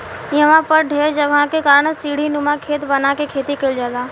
इहवा पर ढेर जगह के कारण सीढ़ीनुमा खेत बना के खेती कईल जाला